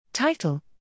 Title